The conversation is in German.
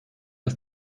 ist